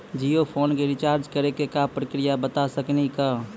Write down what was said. Jio phone के recharge करे के का प्रक्रिया बता साकिनी का?